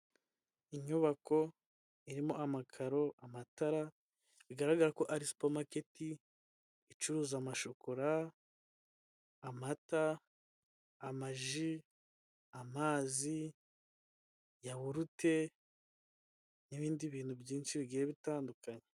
Inyubako irimo amakaro, amatara bigaragara ko ari supamaketi icuruza amashokora, amata, amaji, amazi, yawurute n'ibindi bintu byinshi bigiye bitandukanye.